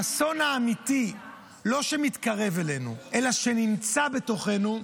האסון האמיתי, לא שמתקרב אלינו, אלא שנמצא בתוכנו,